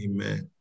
Amen